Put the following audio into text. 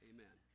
Amen